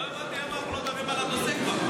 לא הבנתי למה אנחנו לא מדברים על הנושא כבר.